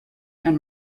and